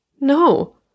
no